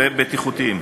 בטיחותיים.